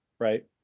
Right